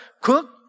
cook